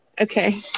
okay